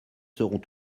seront